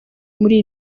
muri